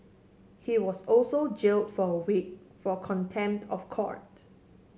he was also jailed for a week for contempt of court